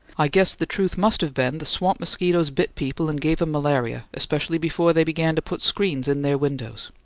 i guess the truth must been the swamp mosquitoes bit people and gave em malaria, especially before they began to put screens in their windows.